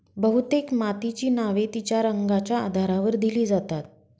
बहुतेक मातीची नावे तिच्या रंगाच्या आधारावर दिली जातात